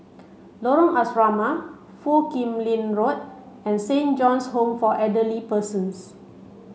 Lorong Asrama Foo Kim Lin Road and Saint John's Home for Elderly Persons